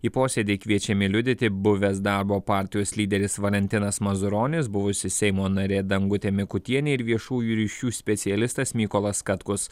į posėdį kviečiami liudyti buvęs darbo partijos lyderis valentinas mazuronis buvusi seimo narė dangutė mikutienė ir viešųjų ryšių specialistas mykolas katkus